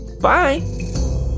bye